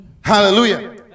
Hallelujah